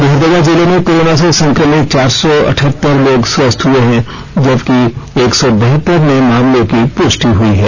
लोहरदगा जिले में कोरोना से संक्रमित चार सौ अट्ठहत्तर लोग स्वस्थ्य हुए हैं जबकि एक सौ बहत्तर नये मामलों की पुष्टि हई है